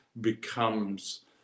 becomes